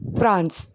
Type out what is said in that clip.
France